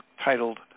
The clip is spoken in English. titled